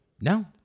No